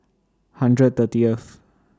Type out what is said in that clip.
hundred thirtieth